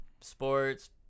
Sports